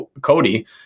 Cody